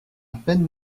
peine